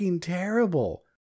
terrible